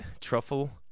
Truffle